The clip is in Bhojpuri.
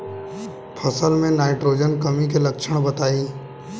फसल में नाइट्रोजन कमी के लक्षण बताइ?